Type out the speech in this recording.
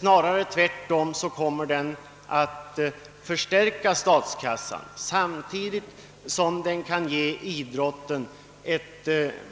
Den kommer snarare att förstärka statskassan samtidigt som den kan ge idrotten ett